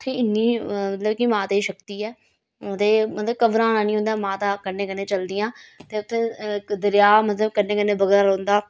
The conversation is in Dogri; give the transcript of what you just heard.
उत्थें इन्नी मतलब कि माता दी शक्ति ऐ ते मतलब घबराना नेईं होंदा माता कन्नै कन्नै चलदियां ते उत्थें इक दरेआ मतलब कन्नै कन्नै बगदा रौह्न्दा